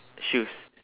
shoes